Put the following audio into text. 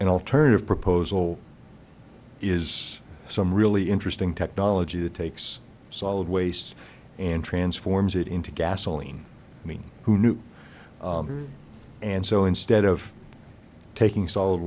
an alternative proposal is some really interesting technology that takes solid waste and transforms it into gasoline i mean who knew and so instead of taking solid